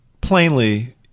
plainly